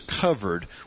covered